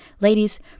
Ladies